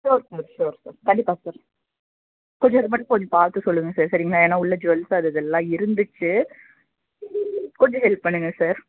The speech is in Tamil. ஷூயுர் சார் ஷூயுர் சார் கண்டிப்பாக சார் கொஞ்சம் இதைமட்டும் கொஞ்சம் பார்த்து சொல்லுங்க சார் சரிங்களா ஏன்னால் உள்ளே ஜூவல்ஸ் அது இதெல்லாம் இருந்துச்சு கொஞ்சம் ஹெல்ப் பண்ணுங்க சார்